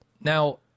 Now